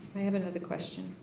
i have another question.